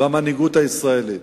במנהיגות הישראלית.